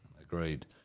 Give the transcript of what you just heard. Agreed